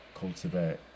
cultivate